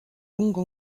longue